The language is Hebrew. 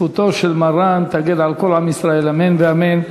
זכותו של מרן תגן על כל עם ישראל, אמן ואמן.